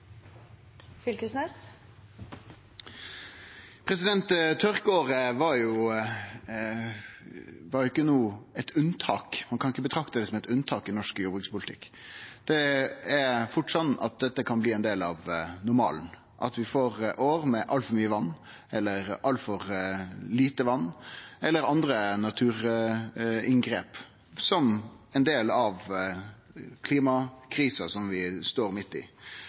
delta. Tørkeåret var ikkje noko unntak – ein kan ikkje sjå på det som eit unntak i norsk jordbrukspolitikk. Det kan fort bli ein del av normalen at vi får år med altfor mykje vatn, altfor lite vatn eller andre naturfenomen som ein del av klimakrisa vi står midt i.